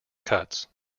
cuts